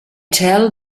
tell